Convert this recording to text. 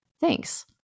Thanks